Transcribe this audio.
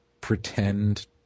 pretend